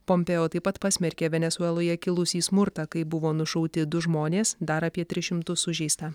pompėo taip pat pasmerkė venesueloje kilusį smurtą kai buvo nušauti du žmonės dar apie tris šimtus sužeista